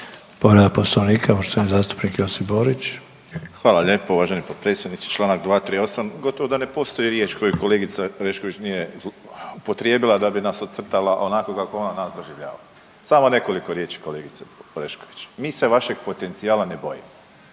Povreda poslovnika poštovani zastupnik Josip Borić. **Borić, Josip (HDZ)** Hvala lijepo uvaženi potpredsjedniče. Čl. 238. gotovo da ne postoji riječ koju je kolegica Orešković nije upotrijebila da bi nas ocrtala onako kako ona nas doživljava. Samo nekoliko riječi kolegice Orešković, mi se vašeg potencijala ne bojimo